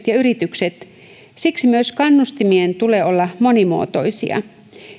ja yritykset siksi myös kannustimien tulee olla monimuotoisia